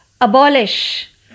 abolish